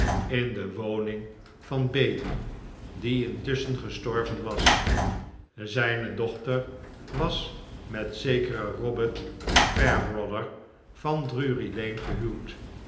in de woning van bailey die intusschen gestorven was zijne dochter was met zekeren robert fairbrother van drury-lane gehuwd